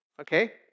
Okay